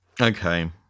Okay